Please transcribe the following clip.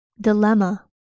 dilemma